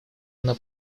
она